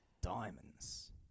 diamonds